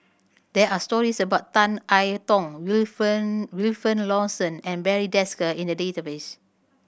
there are stories about Tan I Tong Wilfed Wilfed Lawson and Barry Desker in the database